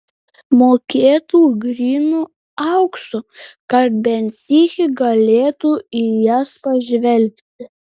mokėtų grynu auksu kad bent sykį galėtų į jas pažvelgti